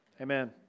Amen